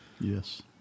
yes